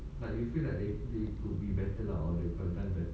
like you feel like they they would be better lah or you can benefit